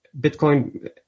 Bitcoin